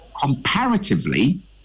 comparatively